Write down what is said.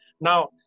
Now